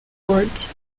fort